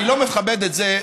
אני לא מכבד את זה,